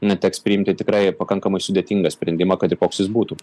na teks priimti tikrai pakankamai sudėtingą sprendimą kad ir koks jis būtų